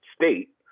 state